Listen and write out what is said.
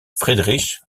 friedrich